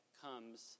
comes